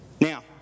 Now